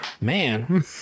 Man